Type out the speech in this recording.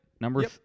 Number